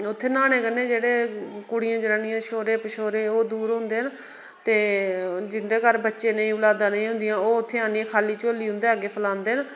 उत्थै न्हाने कन्ने जेह्ड़़े कुड़ि़यें जनानिएं दे छौरे पछौरे ओह् दूर होंदे न ते जिंदे घर बच्चे नेईं औलादां नेई ंहुंदियां ओह् उत्थै आह्नियै खाली झोल्ली उंदे अग्गै फैलांदे न